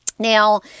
Now